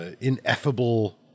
ineffable